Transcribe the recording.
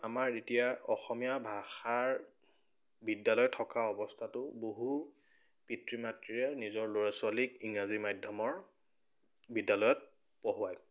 আমাৰ এতিয়া অসমীয়া ভাষাৰ বিদ্যালয় থকা অৱস্থাটো বহু পিতৃ মাতৃৰে নিজৰ ল'ৰা ছোৱালীক ইংৰাজী মাধ্যমৰ বিদ্যালয়ত পঢ়ুৱায়